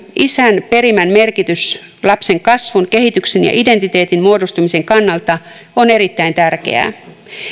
isän perimän merkitys lapsen kasvun kehityksen ja identiteetin muodostumisen kannalta on erittäin tärkeää